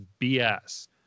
BS